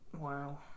Wow